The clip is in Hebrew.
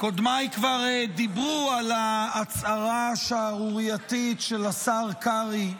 קודמיי כבר דיברו על ההצהרה השערורייתית של השר קרעי,